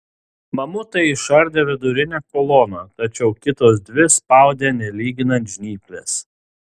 mamutai išardė vidurinę koloną tačiau kitos dvi spaudė nelyginant žnyplės